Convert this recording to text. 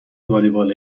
والیبال